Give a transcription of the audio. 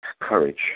courage